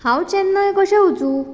हांव चेन्नई कशें वचूं